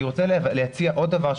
אני רוצה להציע עוד דבר,